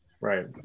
Right